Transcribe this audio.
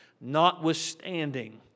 notwithstanding